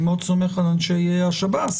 אני מאוד סומך על אנשי שב"ס,